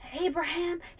Abraham